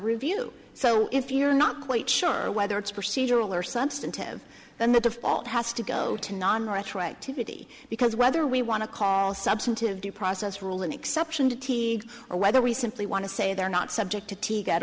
review so if you're not quite sure whether it's procedural or substantive then the default has to go to non retroactivity because whether we want to call substantive due process rule an exception to t or whether we simply want to say they're not subject to tea